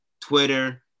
Twitter